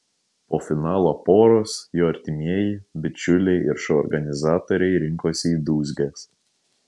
po finalo poros jų artimieji bičiuliai ir šou organizatoriai rinkosi į dūzges